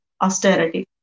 austerity